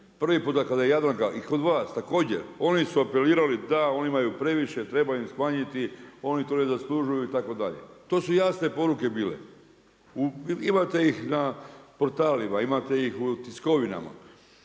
se ne razumije./… i kod vas također, oni su apelirali, da oni imaju previše, treba im smanjiti, oni to ne zaslužuju itd.. To su jasne poruke bile. Imate ih na portalima, imate ih u tiskovinama.